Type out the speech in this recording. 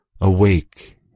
Awake